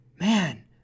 Man